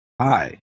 Hi